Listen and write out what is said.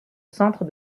centre